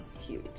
huge